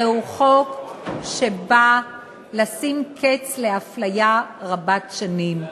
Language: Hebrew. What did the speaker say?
זהו חוק שבא לשים קץ לאפליה רבת-שנים,